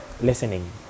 listening